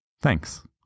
Thanks